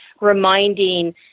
reminding